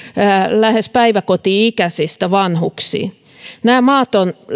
lähes päiväkoti ikäisistä vanhuksiin nämä maat ovat